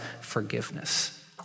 forgiveness